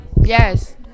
Yes